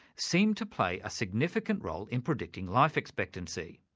seem to play a significant role in predicting life expectancy.